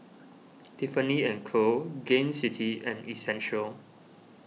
Tiffany and Co Gain City and Essential